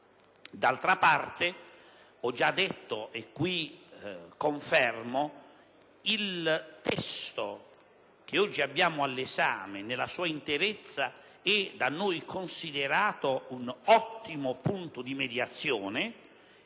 D'altra parte ho già detto, e lo confermo, che il testo oggi all'esame nella sua interezza è da noi considerato un ottimo punto di mediazione,